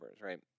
right